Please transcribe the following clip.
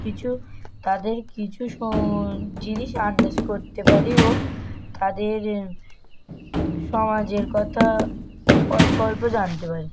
কিছু তাদের কিছু জিনিস আন্দাজ করতে পারি ও তাদের সমাজের কথা অল্প অল্প জানতে পারি